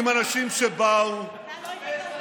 וואו, עם אנשים שבאו, אתה לא הבאת אוטובוסים?